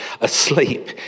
asleep